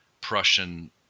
Prussian